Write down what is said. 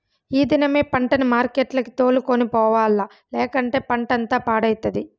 ఈ దినమే పంటని మార్కెట్లకి తోలుకొని పోవాల్ల, లేకంటే పంటంతా పాడైతది